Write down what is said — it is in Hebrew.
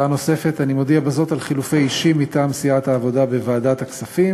הרווחה והבריאות לוועדת הכלכלה נתקבלה.